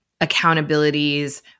accountabilities